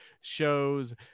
shows